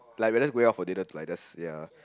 like we're just going out for dinner tonight just ya